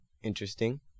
Interesting